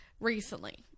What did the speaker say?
recently